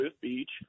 Beach